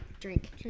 drink